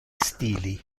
stili